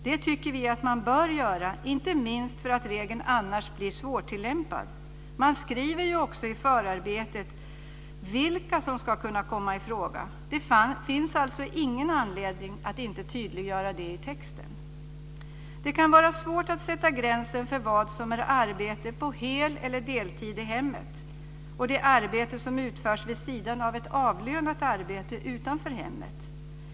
Det tycker vi att man bör göra - inte minst för att regeln annars blir svårtillämpad. Man skriver ju också i förarbetet vilka som ska kunna komma i fråga. Det finns alltså ingen anledning att inte tydliggöra det i texten. Det kan vara svårt att sätta gränsen för vad som är arbete på hel eller deltid i hemmet och för det arbete som utförs vid sidan av ett avlönat arbete utanför hemmet.